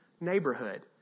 neighborhood